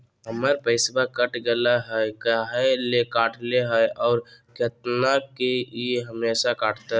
हमर पैसा कट गेलै हैं, काहे ले काटले है और कितना, की ई हमेसा कटतय?